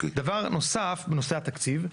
דבר נוסף בנושא התקציב,